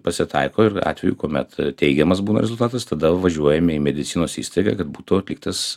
pasitaiko ir atvejų kuomet teigiamas būna rezultatas tada važiuojame į medicinos įstaigą kad būtų atliktas